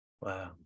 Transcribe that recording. Wow